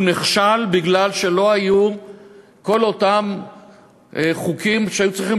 הוא נכשל מפני שלא היו כל אותם חוקים שהיו צריכים